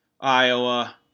iowa